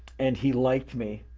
and he liked me,